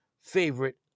favorite